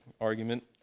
argument